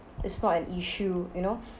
it's not an issue you know